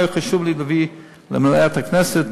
היה חשוב לי להביא אותם למליאת הכנסת,